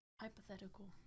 Hypothetical